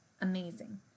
amazing